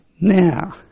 now